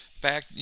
back